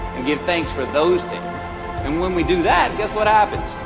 and give thanks for those things and when we do that guess what happens?